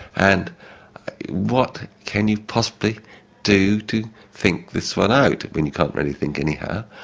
and what can you possibly do to think this one out? i mean you can't really think anyhow.